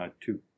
two